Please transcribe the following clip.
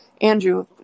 Andrew